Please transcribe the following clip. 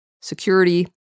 Security